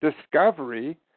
discovery